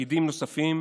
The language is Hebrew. ותפקידים נוספים,